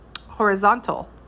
horizontal